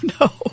no